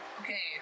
Okay